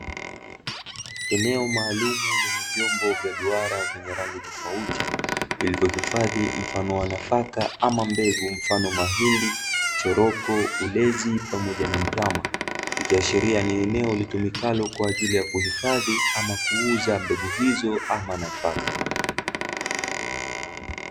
Eneo maalumu lenye vyombo vya duara vyenye rangi tofauti, vilivyohifadhi mfano wa nafaka ama mbegu mfano mahindi, choroko, ulezi pamoja na mtama, ikiashiria ni eneo litumikalo kwa ajili ya kuhifadhi, ama kuuza mbegu hizo, ama nafaka.